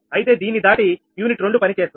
అయితే దీన్ని దాటి యూనిట్ 2 పనిచేస్తుంది